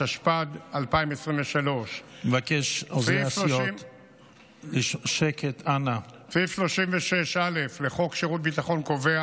התשפ"ד 2023. סעיף 36א לחוק שירות ביטחון קובע